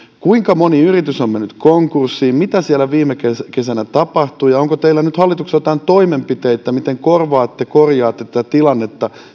kuinka moni yritys on mennyt konkurssiin mitä siellä viime kesänä tapahtui ja onko teillä hallituksella nyt joitain toimenpiteitä miten korjaatte tätä tilannetta